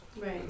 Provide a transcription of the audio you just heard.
Right